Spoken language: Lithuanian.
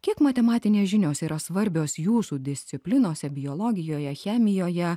kiek matematinės žinios yra svarbios jūsų disciplinose biologijoje chemijoje